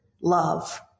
love